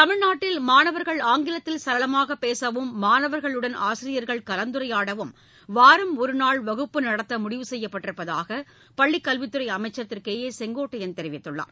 தமிழ்நாட்டில் மாணவர்கள் ஆங்கிலத்தில் சரளமாக பேசவும் மாணவர்களுடன் ஆசிரியர்கள் கலந்துரையாடவும் வாரம் ஒருநாள் வகுப்பு நடத்த முடிவு செய்யப்பட்டிருப்பதாக பள்ளிக் கல்வித்துறை அமைச்சர் திரு கே ஏ செங்கோட்டையன் தெரிவித்துள்ளார்